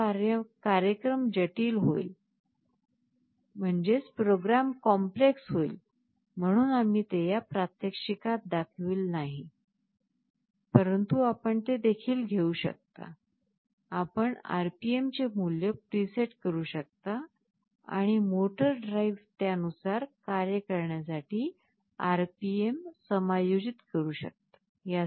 परंतु कार्यक्रम जटिल होईल म्हणून आम्ही ते या प्रात्यक्षिकात दाखवील नाही परंतु आपण ते देखील घेऊ शकता आपण RPM चे मूल्य प्रीसेट करू शकता आणि मोटर ड्राइव्ह त्यानुसार कार्य करण्यासाठी RPM समायोजित करू शकता